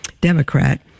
Democrat